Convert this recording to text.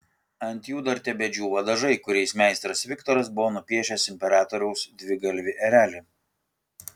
ant jų dar tebedžiūvo dažai kuriais meistras viktoras buvo nupiešęs imperatoriaus dvigalvį erelį